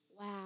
wow